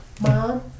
Mom